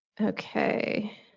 okay